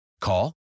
Call